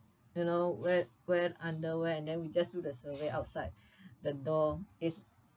you know wear wear underwear and then we just do the survey outside the door is